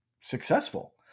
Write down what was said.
successful